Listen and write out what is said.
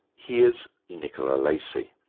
here's nicola lacey.